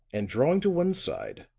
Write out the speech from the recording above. and drawing to one side,